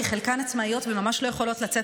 כי חלקן עצמאיות וממש לא יכולות לצאת